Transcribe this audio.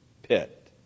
pit